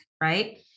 right